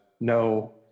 no